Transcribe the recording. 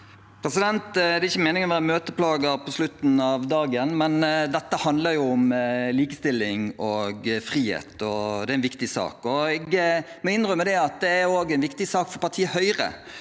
Det er ikke meningen å være møteplager på slutten av dagen, men dette handler om likestilling og frihet. Det er en viktig sak. Jeg må innrømme at det også er en viktig sak for partiet Høyre.